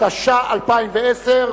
התש"ע 2010,